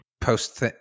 post